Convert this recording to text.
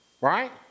Right